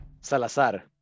Salazar